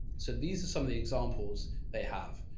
so these are some of the examples they have.